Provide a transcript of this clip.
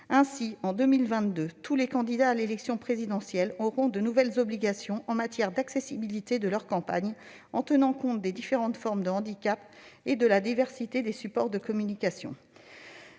Ainsi, en 2022, tous les candidats à l'élection présidentielle seront soumis à de nouvelles obligations en matière d'accessibilité de leur campagne. Ils devront tenir compte des différentes formes de handicap et de la diversité des supports de communication.